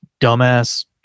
dumbass